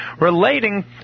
relating